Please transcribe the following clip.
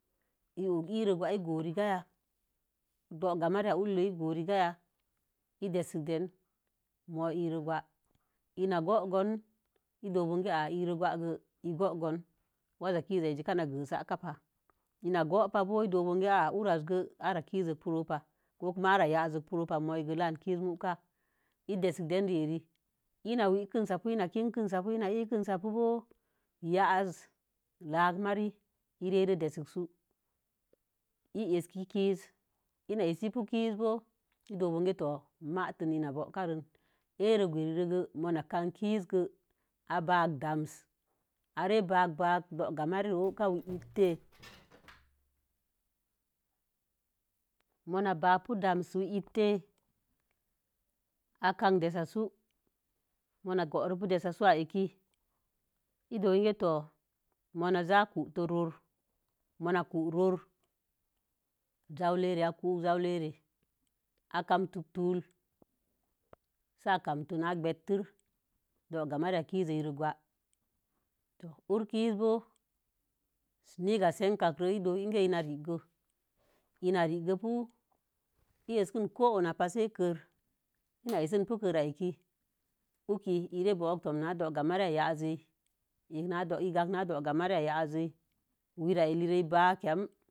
I og iro gwa go, i go rigayạ? Dogga mariya ulloi go igo rigaya? Í deskən den moi ii ro gwa. Ina gogon, i dook bonge mariya ulló gwai gə igogon. Waza kizaz kana gə sakapah. Ina go pahboo, idook bonge arra kizzok pu ropah, ina wenkən sapə, ina, kensapo bóo, yaaz lakuk mari i trre desək súú, i eski kiz, ina essipu kiz bo iɗook bonge to maatin ina bokaren, ire gweriro go, muma kam kizgo, a baak damsiree baak, baak dogga mariro óoka wee ittee a kampn desasu, muma goropu desasu a eki, do inge to, muna za kuto'ror muna kuu ror jaulere, a kamtok topl sə a kamto bətter, dogga mari a kizəi ro gwa. Ur kizbo niga senkakro idook bonge ina riggo, ina rigge pu, i eskən ko unapah sai kər ina essənou kəra eki uki ire bo̱ok toms na doga mari yaajei, igag náa dogamari yaazei